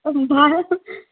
भा